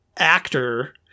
actor